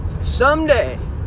someday